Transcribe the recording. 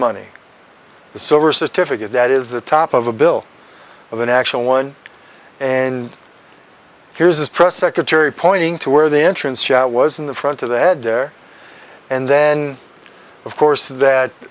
money the silver certificates that is the top of a bill of an actual one and here's this press secretary pointing to where the entrance shot was in the front of the head there and then of course that